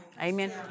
Amen